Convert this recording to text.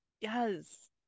yes